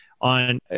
on